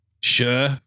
Sure